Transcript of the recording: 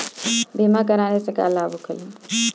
बीमा कराने से का लाभ होखेला?